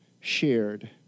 shared